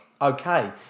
okay